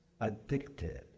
addicted